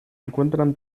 encuentran